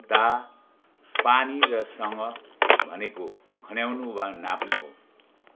दाह पानी र सँग भनेको खन्याउनु वा नाप्नु हो